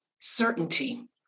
Certainty